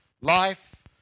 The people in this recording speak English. life